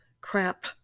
crap